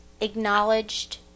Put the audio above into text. acknowledged